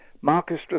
Marcus